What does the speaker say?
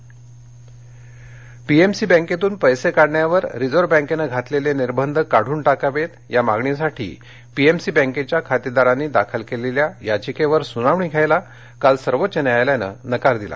PSC PMC बँकेतून पैसे काढण्यावर रिझर्व्ह बँकेनं घातलेले निर्बंध काढून टाकावेत या मागणीसाठी पीएमसी बँकेच्या खातेदारांनी दाखल केलेल्या याचिकेवर सुनावणी घ्यायला काल सर्वोच्च न्यायालयानं नकार दिला